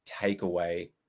takeaway